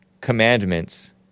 commandments